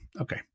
Okay